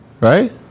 Right